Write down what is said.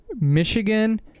Michigan